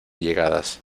llegadas